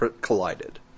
collided